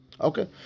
okay